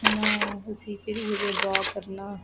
दिक्खना उसी फिर उऐ जेहा ड्रा करना